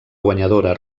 guanyadora